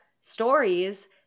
stories